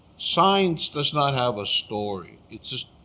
science does not have a story. it's just